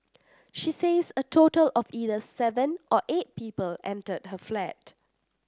she says a total of either seven or eight people entered her flat